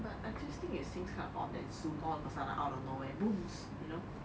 but I just think it seems kind of odd that zoom all of the sudden out of nowhere booms you know